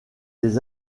des